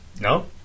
No